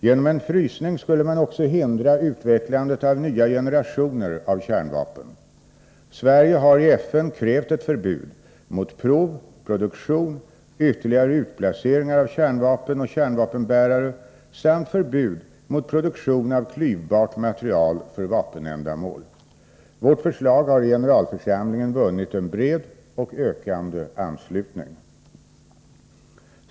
Genom en frysning skulle man också hindra utvecklandet av nya generationer av kärnvapen. Sverige har i FN krävt ett förbud mot prov, produktion och ytterligare utplaceringar av kärnvapen och kärnvapenbärare samt förbud mot produktion av klyvbart material för vapenändamål. Vårt förslag har i generalförsamlingen vunnit en bred och ökande anslutning.